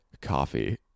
coffee